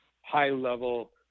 high-level